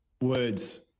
words